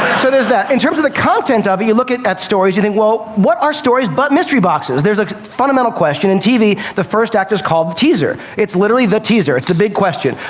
so there's that. in terms of the content of it, you look at at stories. you think, well, what are stories but mystery boxes. there's a fundamental question, in tv, the first act is called the teaser. it's literally the teaser. it's the big question.